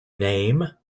name